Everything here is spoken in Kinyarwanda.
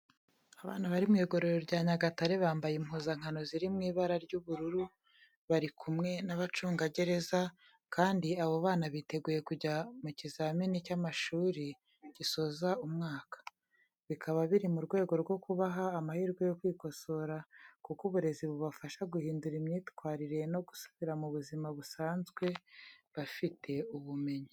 Abana bari mu igororero rya Nyagatare, bambaye impuzankano ziri mu ibara ry'ubururu, bari kumwe n'abacungagereza kandi abo bana biteguye kujya mu kizami cy'amashuri gisoza umwaka. Bikaba biri mu rwego rwo kubaha amahirwe yo kwikosora kuko uburezi bubafasha guhindura imyitwarire no gusubira mu buzima busanzwe bafite ubumenyi.